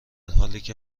حالیکه